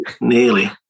nearly